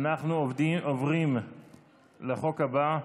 אנחנו עוברים לחוק הבא,